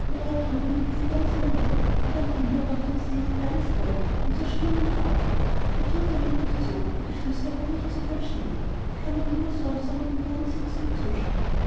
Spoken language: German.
drüben liegen sie ganz violett und am himmel und auf dem see ist alles golden und so still und warm da tut der wind nicht so und die füße hat man nicht so voll schnee dann kann man immer so am sonnigen boden sitzen und zuschauen